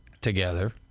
together